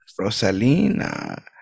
rosalina